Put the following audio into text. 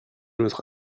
notre